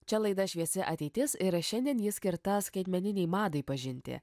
čia laida šviesi ateitis ir šiandien ji skirta skaitmeninei madai pažinti